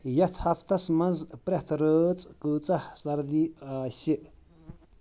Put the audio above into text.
یتھ ہفتس منٛز پرٛیتھ رٲژ کۭژاہ سردی آسہِ ؟